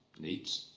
needs,